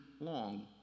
long